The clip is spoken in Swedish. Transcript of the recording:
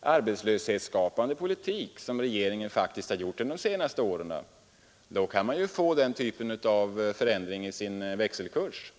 arbetslöshetsskapande politik som regeringen har gjort under de senaste åren, så kan man få den typen av förändring i växelkursen.